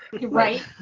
Right